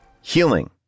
healing